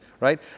right